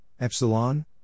epsilon